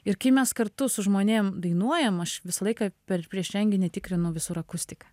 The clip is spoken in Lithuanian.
ir kai mes kartu su žmonėm dainuojam aš visą laiką per prieš renginį tikrinu visur akustiką